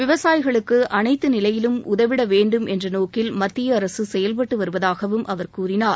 விவசாயிகளுக்கு அனைத்து நிலையிலும் உதவிடவேண்டும் என்ற நோக்கில் மத்தியஅரசு செயல்பட்டு வருவதாகவும் அவர் கூறினார்